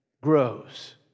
grows